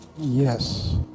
Yes